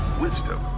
wisdom